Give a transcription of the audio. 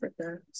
Africa